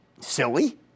silly